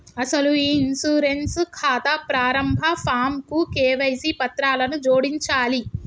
అసలు ఈ ఇన్సూరెన్స్ ఖాతా ప్రారంభ ఫాంకు కేవైసీ పత్రాలను జోడించాలి